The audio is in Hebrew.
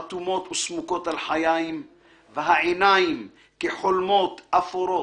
חתומות וסמוקות הלחיים/ והעיניים כחולמות אפורות,